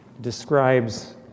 describes